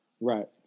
Right